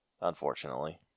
Unfortunately